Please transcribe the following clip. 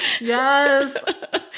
Yes